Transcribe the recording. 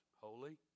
holy